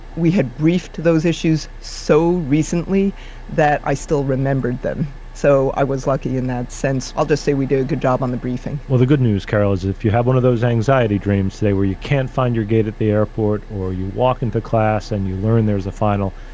we had briefed those issues so recently that i still remembered them, so i was lucky in that sense. i'll just say we do a good job on the briefing. well, the good news, carol, is if you have one of those anxiety dreams today, where you can't find your gate at the airport, or you walk into class and you learn there's a final,